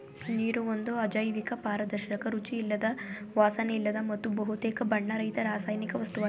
ನೀರು ಒಂದು ಅಜೈವಿಕ ಪಾರದರ್ಶಕ ರುಚಿಯಿಲ್ಲದ ವಾಸನೆಯಿಲ್ಲದ ಮತ್ತು ಬಹುತೇಕ ಬಣ್ಣರಹಿತ ರಾಸಾಯನಿಕ ವಸ್ತುವಾಗಿದೆ